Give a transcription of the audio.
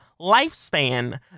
lifespan